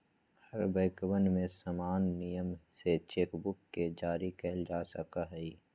हर बैंकवन में समान नियम से चेक बुक के जारी कइल जा सका हई